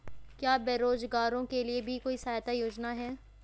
क्या बेरोजगारों के लिए भी कोई सहायता योजना है?